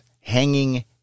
hanging